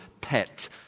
pet